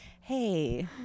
Hey